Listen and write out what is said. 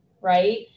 right